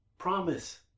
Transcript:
Promise